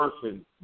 person